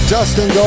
Dustin